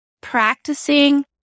practicing